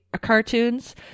cartoons